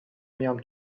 میام